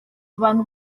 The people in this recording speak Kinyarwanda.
abantu